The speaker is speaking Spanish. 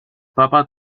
papa